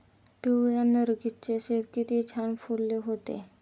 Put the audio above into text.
पिवळ्या नर्गिसचे शेत किती छान फुलले होते